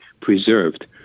preserved